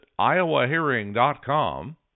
iowahearing.com